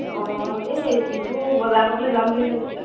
অঁ এই বিহু বজাৰ কৰিবলে যাম বুলি ভাবিছিলোঁ